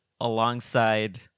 alongside